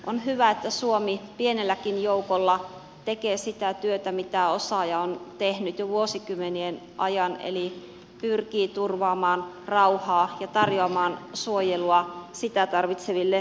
on hyvä että suomi pienelläkin joukolla tekee sitä työtä mitä osaa ja on tehnyt jo vuosikymmenien ajan eli pyrkii turvaamaan rauhaa ja tarjoamaan suojelua sitä tarvitseville siviileille